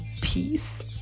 peace